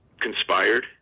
conspired